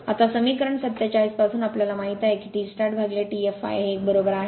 आता समीकरण 47 पासून आम्हाला माहित आहे की T startT fl हे एक बरोबर आहे